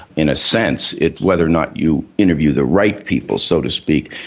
in a sense it's whether or not you interview the right people, so to speak,